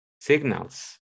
signals